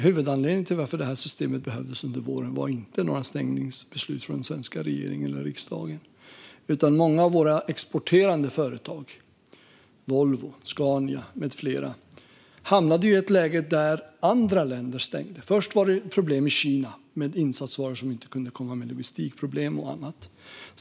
Huvudanledningen till att det här systemet behövdes under våren var inte några stängningsbeslut från den svenska regeringen eller riksdagen, utan det var att många av våra exporterande företag - Volvo, Scania med flera - hamnade i ett läge där andra länder stängde. Först var det problem i Kina med insatsvaror som vi inte kunde få på grund av logistikproblem och annat.